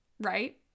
right